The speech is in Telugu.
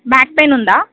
బ్యాక్ పెయిన్ ఉందా